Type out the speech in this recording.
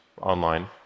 online